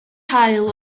haul